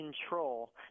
control